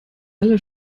alle